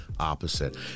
opposite